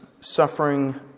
suffering